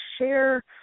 share